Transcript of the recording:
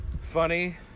funny